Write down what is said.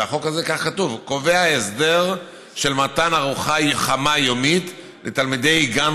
ובחוק הזה כך כתוב: קובע הסדר של מתן ארוחה חמה יומית לתלמידי גן